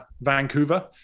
vancouver